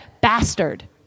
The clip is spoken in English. bastard